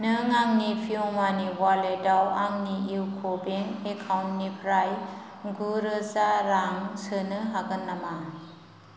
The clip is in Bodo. नों आंनि पेइउमानि अवालेटाव आंनि इउक' बेंक एकाउन्ट निफ्राय गु रोजा रां सोनो हागोन नामा